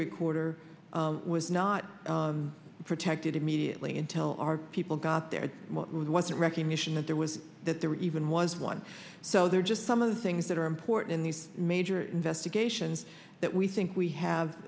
recorder was not protected immediately until our people got there was a recognition that there was that there even was one so there are just some of the things that are important in these major investigations that we think we have